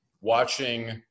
watching